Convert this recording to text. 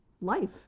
life